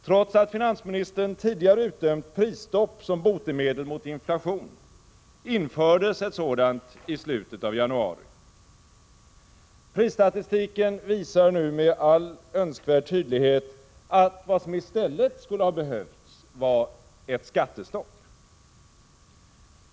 Trots att finansministern tidigare utdömt prisstopp som botemedel mot inflation infördes ett sådant i slutet av januari. Prisstatistiken visar nu med all önskvärd tydlighet att vad som i stället skulle ha behövts var ett skattestopp.